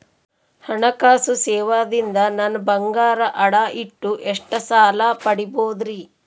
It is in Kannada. ಹಣಕಾಸು ಸೇವಾ ದಿಂದ ನನ್ ಬಂಗಾರ ಅಡಾ ಇಟ್ಟು ಎಷ್ಟ ಸಾಲ ಪಡಿಬೋದರಿ?